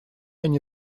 они